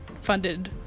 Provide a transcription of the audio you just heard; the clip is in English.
funded